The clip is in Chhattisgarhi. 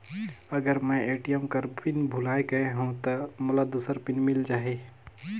अगर मैं ए.टी.एम कर पिन भुलाये गये हो ता मोला दूसर पिन मिल जाही?